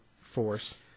force